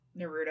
Naruto